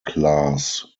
class